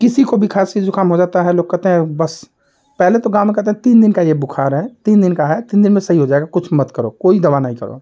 किसी को भी खांसी ज़ुखाम हो जाता है लोग कहते हैं बस पहले तो गाँव में कहते हैं कि तीन दिन का यह बुखार है तीन दिन का है तीन दिन में सही हो जाएगा कुछ मत करो कोई दवा नहीं करो